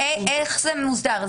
איך זה מוסדר?